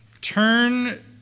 Turn